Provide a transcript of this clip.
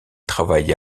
travailla